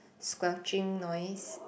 squelching noise